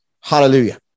Hallelujah